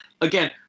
Again